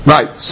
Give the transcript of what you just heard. Right